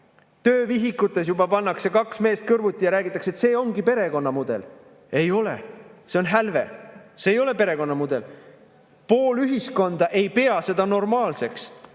Töövihikutes juba pannakse kaks meest kõrvuti ja räägitakse, et see ongi perekonna mudel. Ei ole! See on hälve, see ei ole perekonna mudel. Pool ühiskonda ei pea seda normaalseks,